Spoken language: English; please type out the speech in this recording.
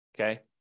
Okay